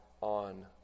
on